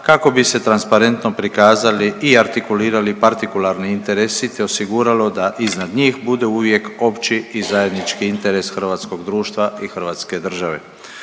kako bi se transparentno prikazali i artikulirali partikularni interesi, te osiguralo da iznad njih bude uvijek opći i zajednički interes hrvatskog društva i Hrvatske države.